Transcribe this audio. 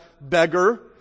beggar